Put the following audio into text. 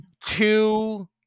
two